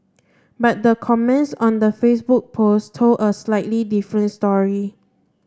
but the comments on the Facebook post told a slightly different story